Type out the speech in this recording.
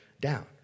down